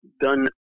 done